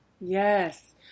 yes